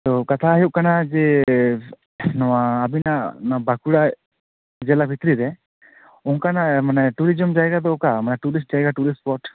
ᱛᱳ ᱠᱟᱛᱷᱟ ᱦᱩᱭᱩᱜ ᱠᱟᱱᱟ ᱡᱮ ᱱᱚᱣᱟ ᱟᱵᱮᱱᱟᱜ ᱵᱟᱸᱠᱩᱲᱟ ᱡᱮᱞᱟ ᱵᱷᱤᱛᱨᱤ ᱨᱮ ᱚᱱᱠᱟᱱᱟᱜ ᱢᱟᱱᱮ ᱴᱩᱨᱩᱡᱚᱢ ᱡᱟᱭᱜᱟ ᱫᱚ ᱚᱠᱟ ᱢᱟᱱᱮ ᱴᱩᱨᱤᱥ ᱡᱟᱭᱜᱟ ᱴᱩᱨᱤᱥᱯᱳᱴ